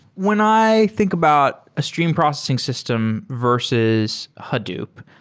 when i think about a streaming processing system versus hadoop,